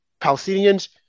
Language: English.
Palestinians